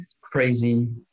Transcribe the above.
crazy